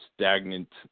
stagnant